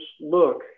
look